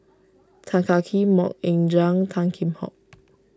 Tan Kah Kee Mok Ying JangnTan Kheam Hock